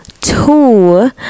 two